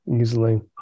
Easily